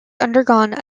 undergone